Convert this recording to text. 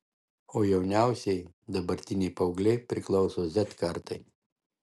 o jauniausieji dabartiniai paaugliai priklauso z kartai